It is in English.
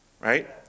Right